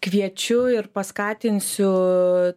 kviečiu ir paskatinsiu